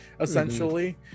essentially